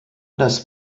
das